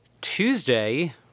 Tuesday